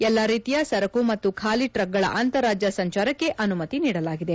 ಎಲ್ಲ ರೀತಿಯ ಸರಕು ಮತ್ತು ಖಾಲಿ ಟ್ರಕ್ಗಳ ಅಂತಾರಾಜ್ಯ ಸಂಚಾರಕ್ಕೆ ಅನುಮತಿ ನೀಡಲಾಗಿದೆ